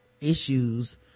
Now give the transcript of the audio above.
issues